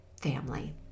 family